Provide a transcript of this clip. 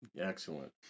Excellent